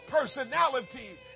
personality